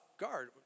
guard